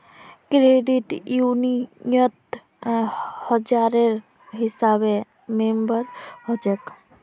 credit यूनियनत हजारेर हिसाबे मेम्बर हछेक